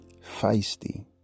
feisty